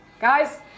Guys